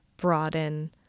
broaden